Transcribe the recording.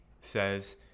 Says